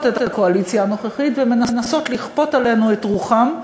את הקואליציה הנוכחית ומנסות לכפות עלינו את רוחם.